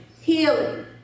healing